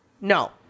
no